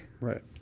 Right